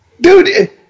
Dude